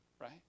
right